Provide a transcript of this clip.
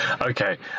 Okay